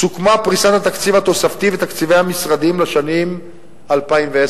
סוכמה פריסת התקציב התוספתי ותקציבי המשרדים לשנים 2010